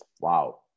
Wow